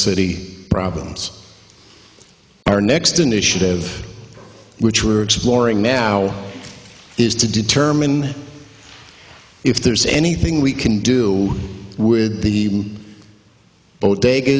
city problems our next initiative which were exploring now is to determine if there's anything we can do with the bo